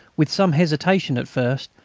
with some hesitation at first,